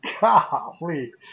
golly